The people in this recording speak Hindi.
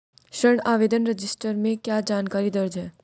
ऋण आवेदन रजिस्टर में क्या जानकारी दर्ज है?